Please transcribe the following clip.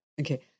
Okay